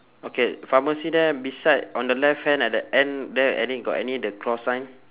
okay pharmacy there beside on the left hand at the end there any got any the cross sign